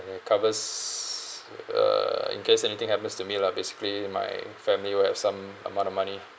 it covers uh in case anything happens to me lah basically my family will have some amount of money